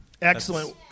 Excellent